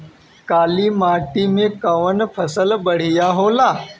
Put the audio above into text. काली माटी मै कवन फसल बढ़िया होला?